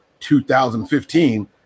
2015